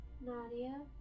Nadia